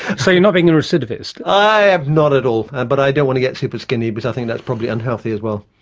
so you're not being a recidivist? i'm ah not at all, and but i don't want get super skinny because i think that's probably unhealthy as well.